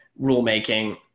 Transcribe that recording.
rulemaking